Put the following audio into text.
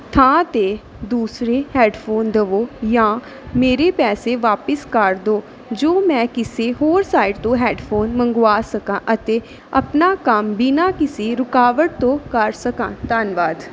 ਥਾਂ 'ਤੇ ਦੂਸਰੇ ਹੈੱਡਫੋਨ ਦੇਵੋ ਜਾਂ ਮੇਰੇ ਪੈਸੇ ਵਾਪਿਸ ਕਰ ਦਿਓ ਜੋ ਮੈਂ ਕਿਸੇ ਹੋਰ ਸਾਈਟ ਤੋਂ ਹੈੱਡਫੋਨ ਮੰਗਵਾ ਸਕਾਂ ਅਤੇ ਆਪਣਾ ਕੰਮ ਬਿਨ੍ਹਾ ਕਿਸੇ ਰੁਕਾਵਟ ਤੋਂ ਕਰ ਸਕਾਂ ਧੰਨਵਾਦ